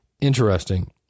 Interesting